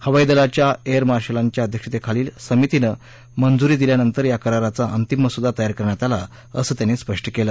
हवाई दलाच्या एअर मार्शलाच्या अध्यक्षतेखालील समितीन मजुरी दिल्यानंतर या कराराचा अंतिम मसुदा तयार करण्यात आला असं त्यांनी स्पष्ट केलं